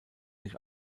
nicht